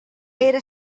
era